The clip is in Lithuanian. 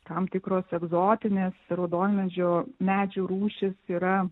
tam tikros egzotinės raudonmedžio medžių rūšys yra